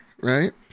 right